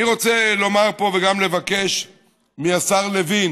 אני רוצה לומר פה וגם לבקש מהשר לוין